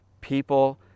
people